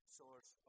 source